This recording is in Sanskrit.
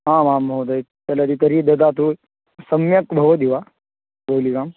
आमां महोदय चलति तर्हि ददातु सम्यक् भवति वा गुलिकाम्